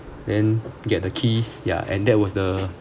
then get the keys ya and that was the